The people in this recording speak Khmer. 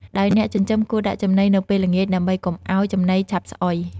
ដោយអ្នកចិញ្ចឹមគួរដាក់ចំណីនៅពេលល្ងាច ដើម្បីកុំឲ្យចំណីឆាប់ស្អុយ។